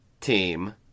team